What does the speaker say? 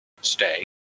Stay